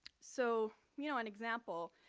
so, you know, an example.